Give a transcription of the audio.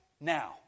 now